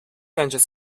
engines